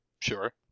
Sure